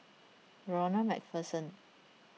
Ronald MacPherson